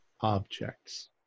objects